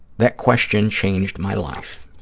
that question changed my life.